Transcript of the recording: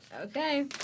Okay